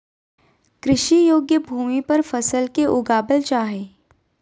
कृषि योग्य भूमि पर फसल के उगाबल जा हइ